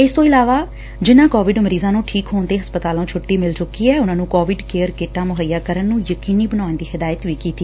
ਇਸ ਤੋਂ ਇਲਾਵਾ ਜਿਨਾਂ ਕੋਵਿਡ ਮਰੀਜਾਂ ਨੂੰ ਠੀਕ ਹੋਣ ਤੇ ਹਸਪਤਾਲੋ ਛੱਟੀ ਮਿਲ ਚੁੱਕੀ ਐ ਉਂਨੂਾਂ ਨੂੰ ਕੋਵਿਡ ਕੇਅਰ ਕਿੱਟਾਂ ਮੁੱਹਈਆ ਕਰਨ ਨੁੰ ਯਕੀਨੀ ਬੱਣਾਉਣ ਦੀ ਹਿਦਾਇਤ ਵੀ ਕੀਤੀ